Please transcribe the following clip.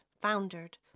foundered